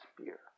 spear